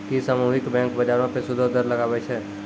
कि सामुहिक बैंक, बजारो पे सूदो दर लगाबै छै?